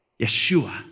Yeshua